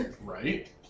Right